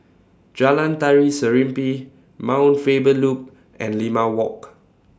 Jalan Tari Serimpi Mount Faber Loop and Limau Walk